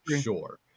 sure